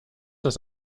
das